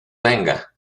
venga